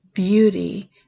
beauty